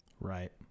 Right